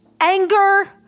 anger